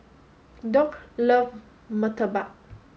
Doug loves Murtabak